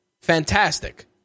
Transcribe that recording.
fantastic